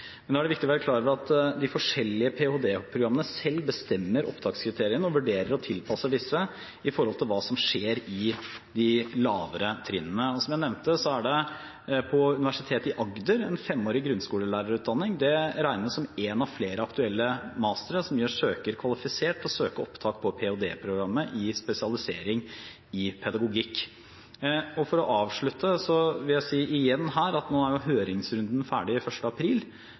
Men da er det viktig å være klar over at de forskjellige ph.d.-programmene selv bestemmer opptakskriteriene og vurderer og tilpasser disse i forhold til hva som skjer i de lavere trinnene. Som jeg nevnte, er det på Universitetet i Agder en femårig grunnskolelærerutdanning. Den regnes som en av flere aktuelle mastere som gjør søker kvalifisert til å søke opptak på ph.d.-programmet i spesialisering i pedagogikk. For å avslutte vil jeg igjen si at høringsrunden var ferdig 1. april. Jeg svarer jo på hvorfor vi har sendt ut slik vi har gjort, men det er